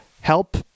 help